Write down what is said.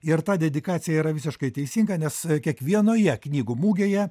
ir ta dedikacija yra visiškai teisinga nes kiekvienoje knygų mugėje